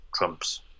Trump's